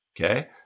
Okay